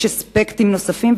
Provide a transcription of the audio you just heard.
יש אספקטים נוספים,